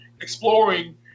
exploring